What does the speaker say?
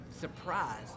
surprised